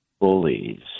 bullies